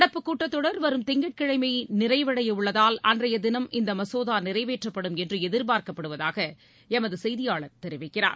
நடப்பு கூட்டத்தொடர் வரும் திங்கட்கிழமை நிறைவடைய உள்ளதால் அன்றைய தினம் இந்த மசோதா நிறைவேற்றப்படும் என்று எதிர்பார்க்கப்படுவதாக எமது செய்தியாளர் தெரிவிக்கிறார்